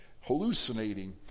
hallucinating